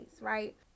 right